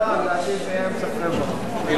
לרשותך עשר דקות.